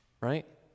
right